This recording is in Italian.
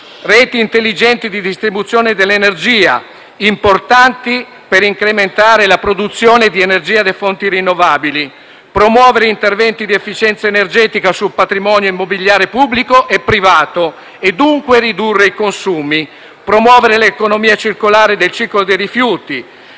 reti intelligenti di distribuzione dell'energia, importanti per incrementare la produzione di energia da fonti rinnovabili; promuovere interventi di efficienza energetica sul patrimonio immobiliare pubblico e privato e dunque ridurre i consumi; promuovere l'economia circolare del ciclo dei rifiuti;